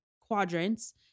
quadrants